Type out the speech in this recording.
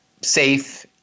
safe